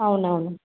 అవునవును